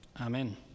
amen